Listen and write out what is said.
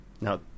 now